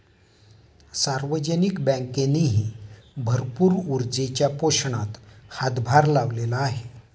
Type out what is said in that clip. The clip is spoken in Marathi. सार्वजनिक बँकेनेही भरपूर ऊर्जेच्या पोषणात हातभार लावलेला आहे